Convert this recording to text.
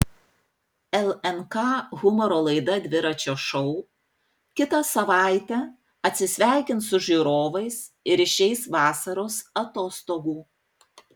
lnk humoro laida dviračio šou kitą savaitę atsisveikins su žiūrovais ir išeis vasaros atostogų